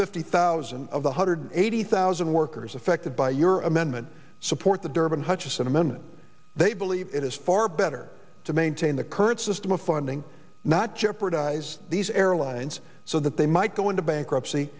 fifty thousand of the hundred eighty thousand workers affected by your amendment support the durbin hutchison amendment they believe it is far better to maintain the current system of funding not jeopardize these airlines so that they might go into bankruptcy